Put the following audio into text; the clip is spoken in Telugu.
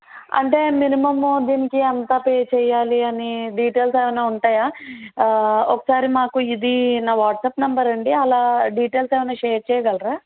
అంటే మినిమమ్ దీనికి ఎంత పే చేయాలి అని డిటెయిల్స్ ఏమైనా ఉంటాయా ఒకసారి మాకు ఇది నా వాట్స్అప్ నంబర్ అండి అలా డిటెయిల్స్ ఏమైనా షేర్ చేయగలరా